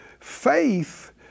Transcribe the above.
Faith